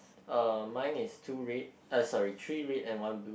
uh mine is two red uh sorry three red and one blue